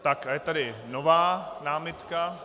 Tak a je tady nová námitka.